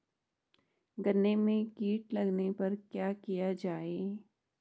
गन्ने में कीट लगने पर क्या किया जाये?